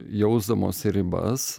jausdamos ribas